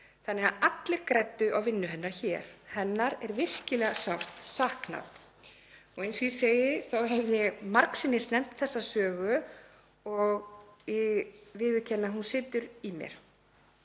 Þannig að allir græddu á vinnu hennar hér. Hennar er virkilega sárt saknað.“ Eins og ég segi hef ég margsinnis nefnt þessa sögu og viðurkenni að hún situr í mér.